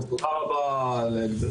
תודה לך,